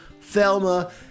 Thelma